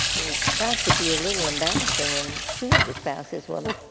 it got to be a little embarrassing when two of the spouses were but